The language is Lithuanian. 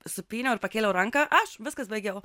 supyniau ir pakėliau ranką aš viskas baigiau